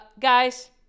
guys